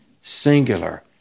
singular